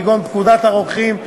כגון פקודת הרוקחים,